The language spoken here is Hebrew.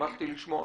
שמחתי לשמוע.